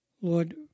Lord